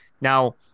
now